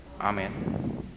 Amen